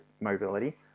mobility